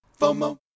FOMO